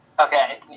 Okay